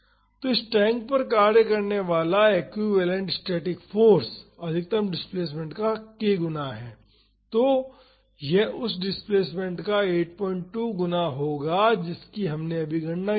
तो इस टैंक पर कार्य करने वाला एक्विवैलेन्ट स्टैटिक फाॅर्स अधिकतम डिस्प्लेसमेंट का k गुना है तो यह उस डिस्प्लेसमेंट का 82 गुना होगा जिसकी हमने अभी गणना की थी